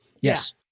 Yes